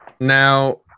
Now